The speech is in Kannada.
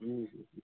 ಹ್ಞ್ ಹ್ಞ್ ಹ್ಞ್